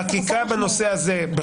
חקיקה בנושא הזה,